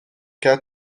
cat